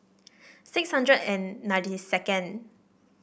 six hundred and ninety second